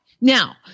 Now